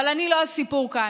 אבל אני לא הסיפור כאן,